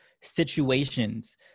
situations